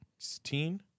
16